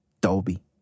Dolby